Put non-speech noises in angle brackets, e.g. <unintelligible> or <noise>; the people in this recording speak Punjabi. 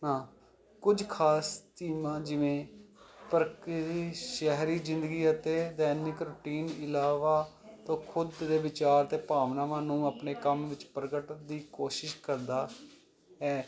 ਨਾ ਕੁਝ ਖਾਸ ਜਿਵੇਂ <unintelligible> ਸ਼ਹਿਰੀ ਜ਼ਿੰਦਗੀ ਅਤੇ ਦੈਨਿਕ ਰੁਟੀਨ ਇਲਾਵਾ ਤੋ ਖੁਦ ਦੇ ਵਿਚਾਰ ਤੇ ਭਾਵਨਾਵਾਂ ਨੂੰ ਆਪਣੇ ਕੰਮ ਵਿੱਚ ਪ੍ਰਗਟ ਦੀ ਕੋਸ਼ਿਸ਼ ਕਰਦਾ ਹੈ